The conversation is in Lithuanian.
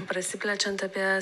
prasiplečiant apie